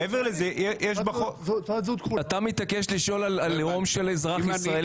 אתה מתעקש לשאול על לאום של אזרח ישראלי.